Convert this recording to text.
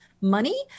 money